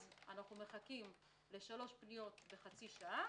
אז אנחנו מחכים לשלוש פניות בחצי שעה,